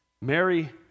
Mary